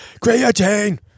Creatine